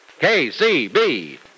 KCB